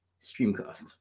Streamcast